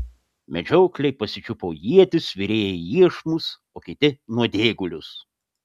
medžiokliai pasičiupo ietis virėjai iešmus o kiti nuodėgulius